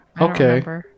okay